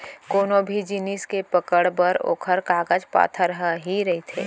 कोनो भी जिनिस के पकड़ बर ओखर कागज पातर ह ही रहिथे